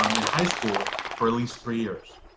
um in high school for at least three years.